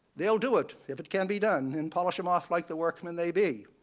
they'll do it if it can be done, and polish him off like the workmen they be.